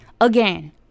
again